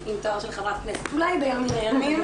תואר של חברת כנסת אולי ביום מן הימים.